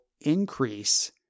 increase